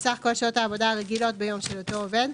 מי שעסקו אינו מצוי באזור המיוחד,